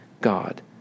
God